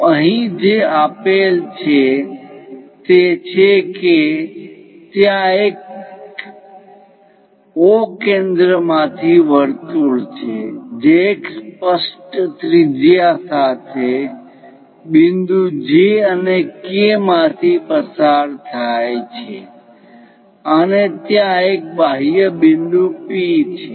તો અહીં જે આપેલ છે તે છે કે ત્યાં એક O કેન્દ્ર માંથી વર્તુળ છે જે એક સ્પષ્ટ ત્રિજ્યા સાથે બિંદુ J અને K માથી પસાર થાય છે અને ત્યાં એક બાહ્ય બિંદુ P છે